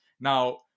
Now